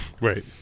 Right